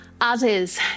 others